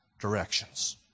directions